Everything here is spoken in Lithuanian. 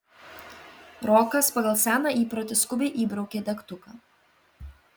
rokas pagal seną įprotį skubiai įbraukė degtuką